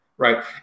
right